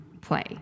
play